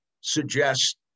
suggest